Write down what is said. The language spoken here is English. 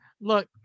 Look